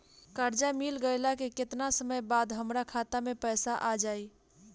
कर्जा मिल गईला के केतना समय बाद हमरा खाता मे पैसा आ जायी?